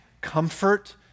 comfort